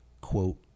quote